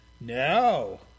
No